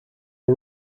are